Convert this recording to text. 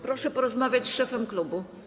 Proszę porozmawiać z szefem klubu.